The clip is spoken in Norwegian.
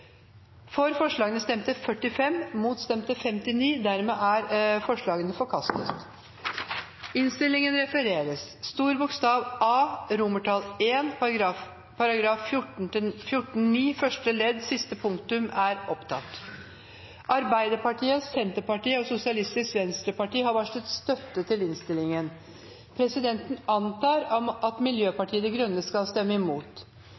til forslagene. Det voteres over A, I § 14-9 første ledd siste punktum. Arbeiderpartiet, Senterpartiet og Sosialistisk Venstreparti har varslet støtte til innstillingen. Det voteres over A, resten av I samt II. Presidenten antar at Arbeiderpartiet, Senterpartiet, Sosialistisk Venstreparti og Miljøpartiet De Grønne skal stemme imot.